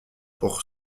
pour